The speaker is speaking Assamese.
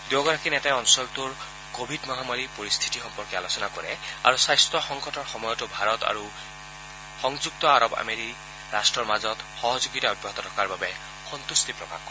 দুয়োগৰাকী নেতাই অঞ্চলটোৰ কোৱিড মহামাৰী পৰিস্থিতি সম্পৰ্কে আলোচনা কৰে আৰু স্বাস্থ্য সংকতৰ সময়তো ভাৰত আৰু সংযুক্ত আৰব আমেৰীৰ মাজত সহযোগিতা অব্যাহত থকাৰ বাবে সম্ভট্টি প্ৰকাশ কৰে